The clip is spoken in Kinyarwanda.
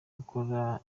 gukora